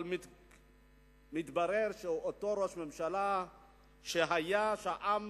אבל מתברר שהוא אותו ראש ממשלה שהיה, שהעם